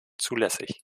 zulässig